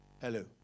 Hello